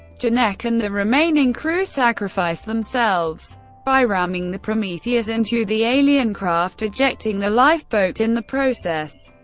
janek and the remaining crew sacrifice themselves by ramming the prometheus into the alien craft, ejecting the lifeboat in the process,